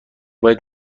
باید